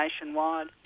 nationwide